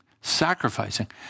sacrificing